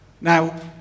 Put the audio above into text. Now